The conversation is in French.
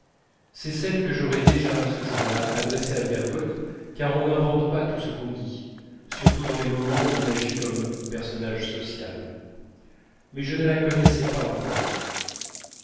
c'est celle que j'aurais déjà ce jour-là adressée à bergotte car on n'invente pas tout ce qu'on dit surtout dans les moments où on agit comme personnage social mais je ne la connaissais pas encore